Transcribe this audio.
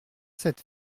sept